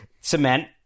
cement